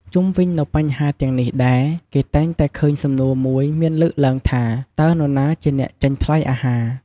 ជុំវិញនៅបញ្ហាទាំងនេះដែរគេតែងតែឃើញសំណួរមួយមានលើកឡើងថា "តើនរណាជាអ្នកចេញថ្លៃអាហារ?"។